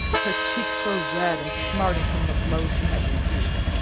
her cheeks were red and smarting from the blows she had received.